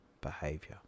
behavior